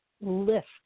lift